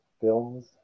films